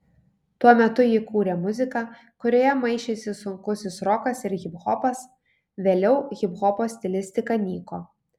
tuo metu ji kūrė muziką kurioje maišėsi sunkusis rokas ir hiphopas vėliau hiphopo stilistika nyko